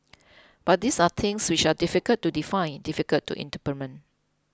but these are things which are difficult to define difficult to implement